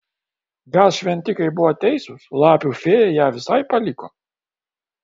gal šventikai buvo teisūs lapių fėja ją visai paliko